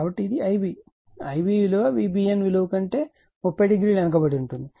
కాబట్టి ఇది Ib Ib విలువ VBN విలువ కంటే 30o వెనుకబడి ఉంటుంది